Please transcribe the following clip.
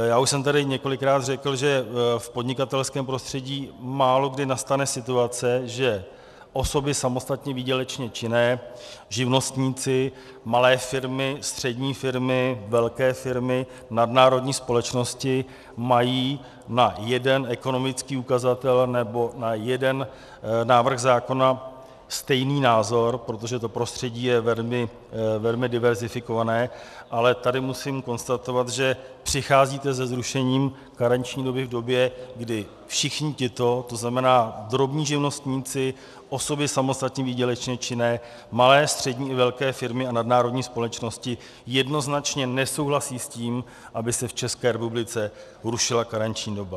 Já už jsem tady několikrát řekl, že v podnikatelském prostředí málokdy nastane situace, že osoby samostatně výdělečně činné, živnostníci, malé firmy, střední firmy, velké firmy, nadnárodní společnosti mají na jeden ekonomický ukazatel nebo na jeden návrh zákona stejný názor, protože to prostředí je velmi diverzifikované, ale tady musím konstatovat, že přicházíte se zrušením karenční doby v době, kdy všichni tito, to znamená drobní živnostníci, osoby samostatně výdělečně činné, malé, střední i velké firmy a nadnárodní společnosti jednoznačně nesouhlasí s tím, aby se v ČR rušila karenční doba.